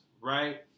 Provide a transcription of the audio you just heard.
Right